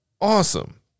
Awesome